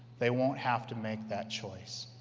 they won't have to make that choice.